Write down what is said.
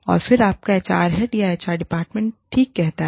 और फिर आपका एचआर हेड या एचआर डिपार्टमेंट ठीक कहता है